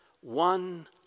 One